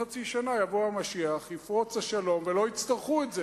כי חוק שירות ביטחון אומר: חיילים משרתים בצה"ל וביחידות מג"ב,